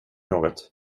något